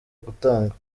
gutangwa